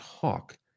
talk